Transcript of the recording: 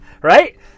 Right